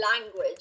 language